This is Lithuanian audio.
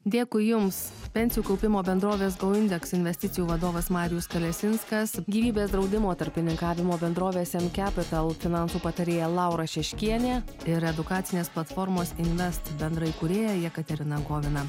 dėkui jums pensijų kaupimo bendrovės gau indeks investicijų vadovas marijus kalesinskas gyvybės draudimo tarpininkavimo bendrovės em kepital finansų patarėja laura šeškienė ir edukacinės platformos invest bendraįkūrėja jekaterina govina